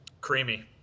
Creamy